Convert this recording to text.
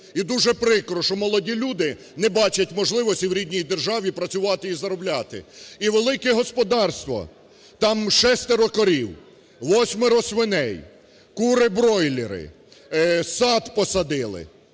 І дуже прикро, що молоді люди не бачать можливостей в рідній державі працювати і заробляти. І велике господарство, там 6 корів, 8 свиней, кури-бройлери, сад посадили,